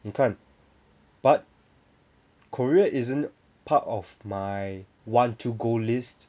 你看 but korea isn't part of my want to go list